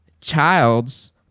childs